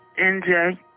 nj